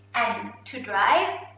and to drive.